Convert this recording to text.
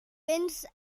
wins